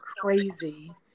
crazy